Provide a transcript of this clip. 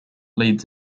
leads